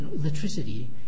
electricity